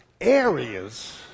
areas